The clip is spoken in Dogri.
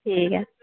ठीक ऐ